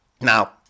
Now